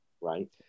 right